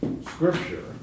Scripture